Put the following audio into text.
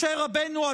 משה רבנו,